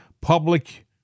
public